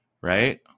right